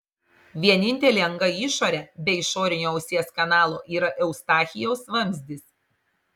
vienintelė anga į išorę be išorinio ausies kanalo yra eustachijaus vamzdis